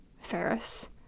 Ferris